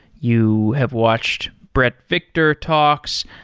you have watched bret victor talks,